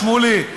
שמולי,